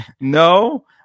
No